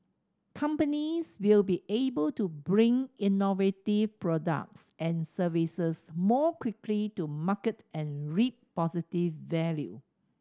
companies will be able to bring innovative products and services more quickly to market and reap positive value